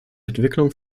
entwicklung